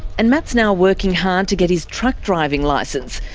and matt's now working hard to get his truck driving license,